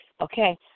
Okay